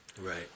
Right